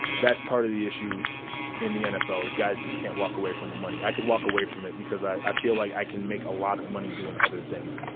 that's part of the issue in the nfl is guys just can't walk away from the money. i could walk away from it because i feel like i can make a lot of money doing other things.